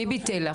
מי ביטל?